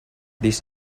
this